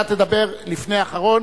אתה תדבר לפני האחרון,